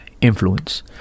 influence